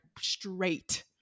straight